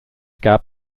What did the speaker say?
gab